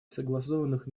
согласованных